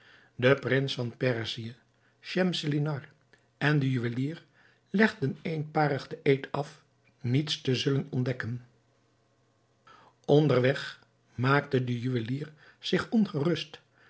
de prins van perzië schemselnihar en de juwelier legden éénparig den eed af niets te zullen ontdekken onder weg maakte de juwelier zich ongerust